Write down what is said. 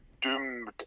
doomed